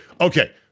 Okay